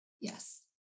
Yes